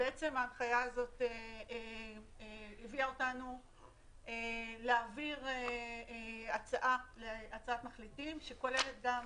וההנחיה הזו הביאה אותנו להעביר הצעת מחליטים שכוללת גם